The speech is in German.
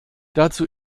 dazu